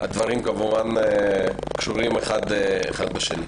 הדברים כמובן קשורים זה בזה.